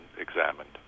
examined